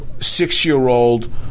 six-year-old